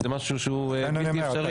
זה משהו שהוא בלתי אפשרי.